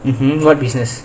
mmhmm what business